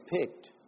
picked